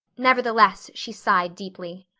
nevertheless, she sighed deeply.